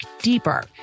deeper